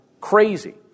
crazy